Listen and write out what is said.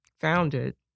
founded